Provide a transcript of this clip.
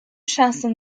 şahsın